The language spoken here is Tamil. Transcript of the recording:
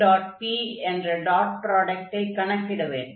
p என்ற டாட் ப்ராடக்டை கணக்கிட வேண்டும்